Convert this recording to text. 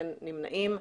אין נמנעים.